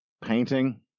painting